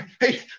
hey